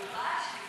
מיובש?